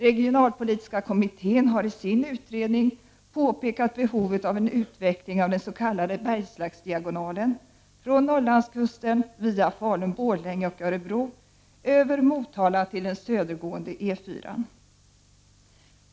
Regionalpolitiska kommittén har i sin utredning påpekat behovet av en utveckling av den s.k. ”Bergslagsdiagonalen” från Norrlandskusten via Falun/Borlänge och Örebro över Motala till den södergående E4:an.